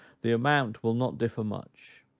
the amount will not differ much